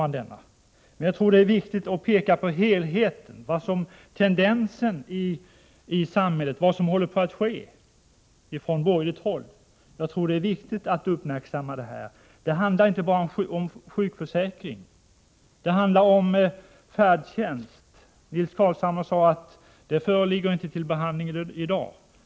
Men jag tror också att det är viktigt att peka på helheten, tendensen i samhället, vad som håller på att ske på borgerligt håll. Jag tror att det är viktigt att uppmärksamma det. Det handlar inte bara om sjukförsäkringen, det handlar även om färdtjänsten. Nils Carlshamre sade att den inte föreligger till behandling i dag.